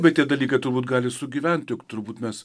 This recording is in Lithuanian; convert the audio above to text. bet tie dalykai turbūt gali sugyventi juk turbūt mes